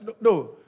No